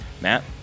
Matt